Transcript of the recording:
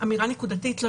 אמירה נקודתית.